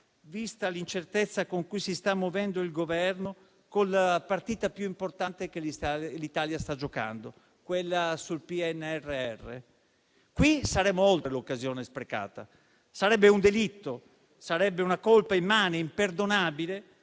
vista l'incertezza con cui si sta muovendo il Governo nella partita più importante che l'Italia sta giocando, quella sul PNRR. Qui saremmo oltre l'occasione sprecata; sarebbe un delitto, sarebbe una colpa immane e imperdonabile